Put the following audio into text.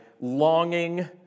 longing